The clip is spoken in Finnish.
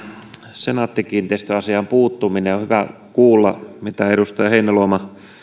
senaatti kiinteistöt asiaan puuttuminen on hyvä kuulla mitä edustaja heinäluoma